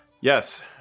Yes